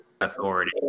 authority